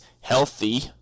healthy